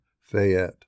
Fayette